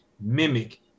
mimic